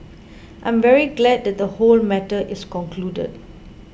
I am very glad that the whole matter is concluded